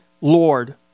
Lord